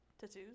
Tattoos